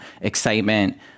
excitement